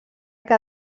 que